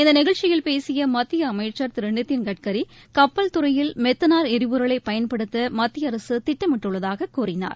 இந்த நிகழ்ச்சியில் பேசிய மத்திய அமைச்சா் திரு நிதின்கட்கரி கப்பல் துறையில் மெத்தனால் எரிபொருளை பயன்படுத்த மத்திய அரசு திட்டமிட்டுள்ளதாகக் கூறினார்